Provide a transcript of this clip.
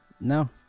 No